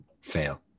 fail